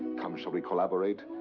come, shall we collaborate?